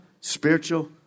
spiritual